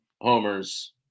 homers